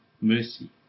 mercy